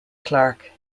clark